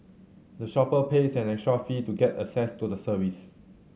the shopper pays an extra fee to get access to the service